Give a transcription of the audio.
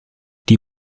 die